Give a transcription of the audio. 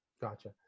Gotcha